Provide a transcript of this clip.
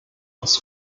dass